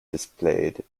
displayed